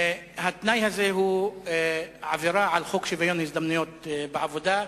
התנאי הזה הוא עבירה על חוק שוויון ההזדמנויות בעבודה,